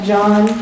John